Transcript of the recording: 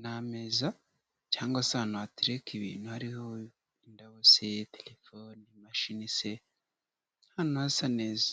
n'ameza cyangwa se ahantu batereka ibintu hariho indabo se telefone, imashini se ahantu hasa neza.